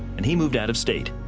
and he moved out of state.